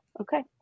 okay